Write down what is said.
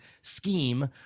scheme